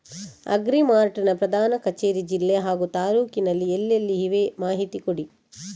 Agri Mart ನ ಪ್ರಧಾನ ಕಚೇರಿ ಜಿಲ್ಲೆ ಹಾಗೂ ತಾಲೂಕಿನಲ್ಲಿ ಎಲ್ಲೆಲ್ಲಿ ಇವೆ ಮಾಹಿತಿ ಕೊಡಿ?